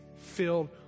filled